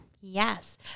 Yes